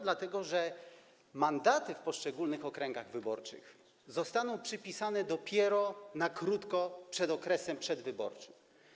Dlatego że mandaty w poszczególnych okręgach wyborczych zostaną przypisane dopiero na krótko przed okresem przedwyborczym.